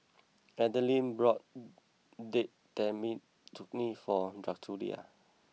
Adeline bought Date Tamarind Chutney for Drucilla